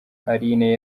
aline